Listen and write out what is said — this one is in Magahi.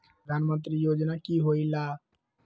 प्रधान मंत्री योजना कि होईला?